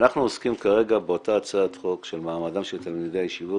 אנחנו עוסקים כרגע באותה הצעת חוק של מעמדם של תלמידי הישיבות